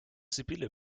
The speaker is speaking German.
sibylle